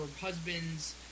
husband's